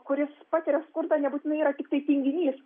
kuris patiria skurdą nebūtinai yra tiktai tinginys